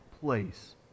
place